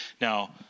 Now